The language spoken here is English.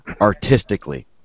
artistically